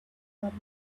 pamela